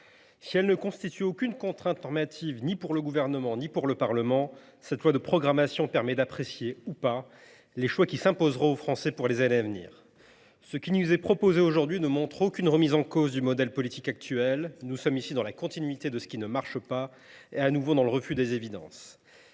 s’il n’emporte aucune contrainte normative ni pour le Gouvernement ni pour le Parlement, ce projet de loi de programmation permet d’apprécier, ou non, les choix qui s’imposeront aux Français pour les années à venir. Ce qui nous est proposé aujourd’hui ne témoigne d’aucune remise en cause du modèle politique actuel : nous sommes ici dans la continuité de ce qui ne marche pas et, de nouveau, dans le refus des évidences.